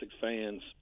fans